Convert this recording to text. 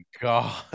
God